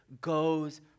goes